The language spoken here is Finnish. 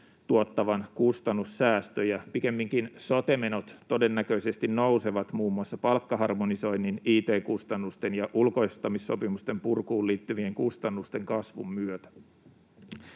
tuottavan kustannussäästöjä, pikemminkin sote-menot todennäköisesti nousevat muun muassa palkkaharmonisoinnin, it-kustannusten ja ulkoistamissopimusten purkuun liittyvien kustannusten kasvun myötä.